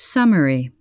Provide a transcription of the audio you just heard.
Summary